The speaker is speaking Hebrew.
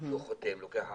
שהוא חותם ולוקח אחריות.